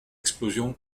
explosion